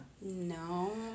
No